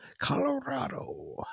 Colorado